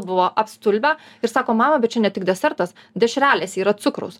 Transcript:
buvo apstulbę ir sako mama bet čia ne tik desertas dešrelėse yra cukraus